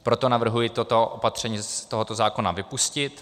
Proto navrhuji toto opatření z tohoto zákona vypustit.